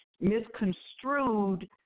misconstrued